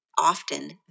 often